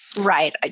Right